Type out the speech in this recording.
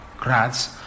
grads